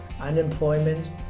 unemployment